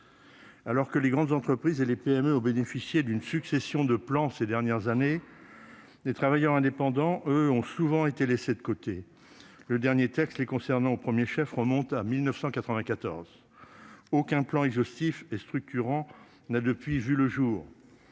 Alors que les grandes entreprises et les PME ont bénéficié d'une succession de plans ces dernières années, les travailleurs indépendants, eux, ont souvent été laissés de côté. Le dernier texte les concernant au premier chef remonte à 1994. Aucun plan exhaustif et structurant n'a, depuis lors, vu le jour.